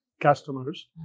customers